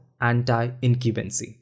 anti-incubancy